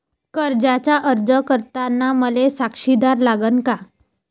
कर्जाचा अर्ज करताना मले साक्षीदार लागन का?